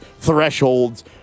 thresholds